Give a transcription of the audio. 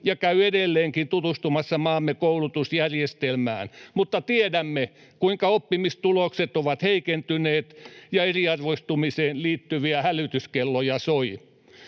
ja käy edelleenkin — tutustumassa maamme koulutusjärjestelmään, mutta tiedämme, kuinka oppimistulokset ovat heikentyneet ja eriarvoistumiseen liittyviä hälytyskelloja soi.